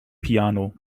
piano